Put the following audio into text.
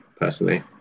personally